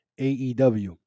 AEW